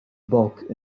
bulk